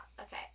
okay